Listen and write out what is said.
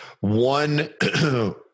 one